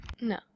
No